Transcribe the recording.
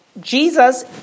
Jesus